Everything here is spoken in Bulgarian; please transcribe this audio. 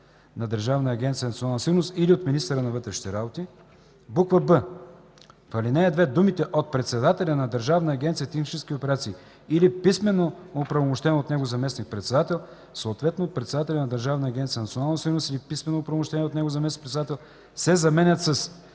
на Държавна агенция „Национална сигурност” или от министъра на вътрешните работи. б) в ал. 2 думите „от председателя на Държавна агенция „Технически операции” или писмено оправомощен от него заместник-председател, съответно от председателя на Държавна агенция „Национална сигурност” или писмено оправомощен от него заместник-председател” се заменят